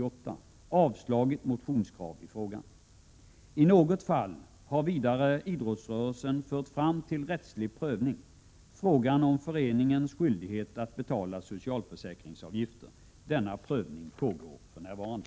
1987/88:125 I något fall har vidare idrottsrörelsen fört fram till rättslig prövning frågan 24 maj 1988 om föreningens skyldighet att betala socialförsäkringsavgifter. Denna pröv Omidrottsrörelsens ning pågår för närvarande.